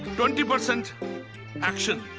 twenty percent action.